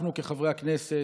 אנחנו, כחברי הכנסת,